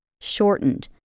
shortened